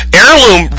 Heirloom